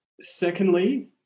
Secondly